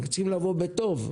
אנחנו צריכים לבוא בטוב,